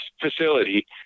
facility